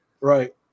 Right